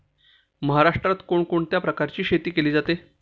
महाराष्ट्रात कोण कोणत्या प्रकारची शेती केली जाते?